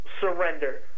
surrender